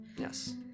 Yes